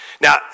Now